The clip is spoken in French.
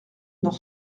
dans